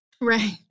Right